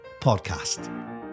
podcast